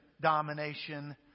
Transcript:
domination